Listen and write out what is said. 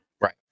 right